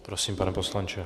Prosím, pane poslanče.